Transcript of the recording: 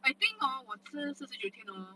I think hor 我吃四十九天 hor